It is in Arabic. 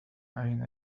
أين